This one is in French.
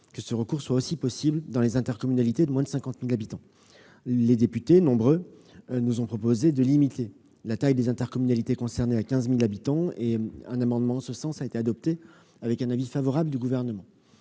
que le recours au contrat soit possible dans les intercommunalités de moins de 50 000 habitants. Un grand nombre de députés ont proposé de limiter la taille des intercommunalités concernées à 15 000 habitants. Un amendement en ce sens a été adopté avec un avis favorable du Gouvernement.